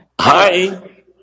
Hi